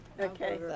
Okay